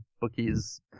bookies